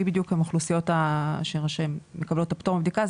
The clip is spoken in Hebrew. מי בדיוק הן אוכלוסיות שמקבלות את הפטור מבדיקה,